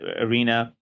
arena